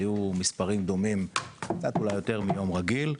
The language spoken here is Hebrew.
היו מספרים דומים אולי קצת יותר מיום רגיל,